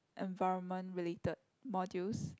environment related modules